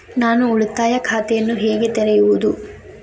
ನಾನು ಉಳಿತಾಯ ಖಾತೆಯನ್ನು ಹೇಗೆ ತೆರೆಯುವುದು?